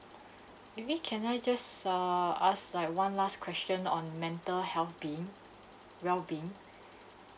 maybe can I just err ask like one last question on mental health being well being